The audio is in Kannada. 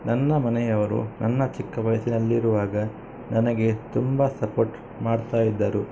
ನನ್ನ ಮನೆಯವರು ನನ್ನ ಚಿಕ್ಕ ವಯಸ್ಸಿನಲ್ಲಿರುವಾಗ ನನಗೆ ತುಂಬ ಸಪೋರ್ಟ್ ಮಾಡ್ತಾ ಇದ್ದರು